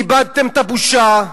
איבדתם את הבושה,